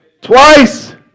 twice